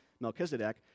Melchizedek